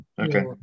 Okay